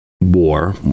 war